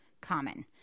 common